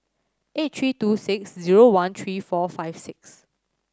eight three two six zero one three four five six